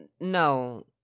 No